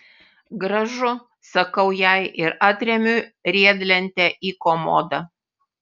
gražu sakau jai ir atremiu riedlentę į komodą